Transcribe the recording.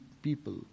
people